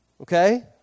okay